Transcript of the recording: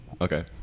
Okay